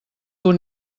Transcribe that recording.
dur